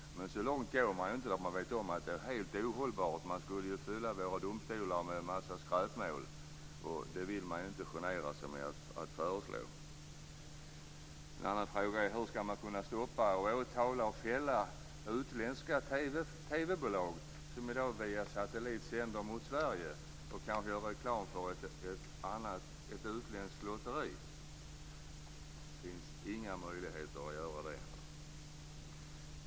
Men så långt går man inte, för man vet att det är helt ohållbart. Då skulle man fylla våra domstolar med en massa skräpmål. Det vill man inte genera sig med att föreslå. En annan fråga är hur man skall kunna stoppa, åtala och fälla utländska TV-bolag som i dag via satellit sänder i Sverige och gör reklam för ett utländskt lotteri. Det finns inga möjligheter att göra det.